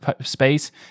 space